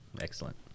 Excellent